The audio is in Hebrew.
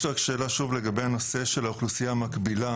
יש לי שאלה לגבי הנושא של האוכלוסייה המקבילה